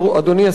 אדוני השר,